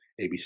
ABC